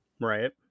Right